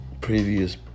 previous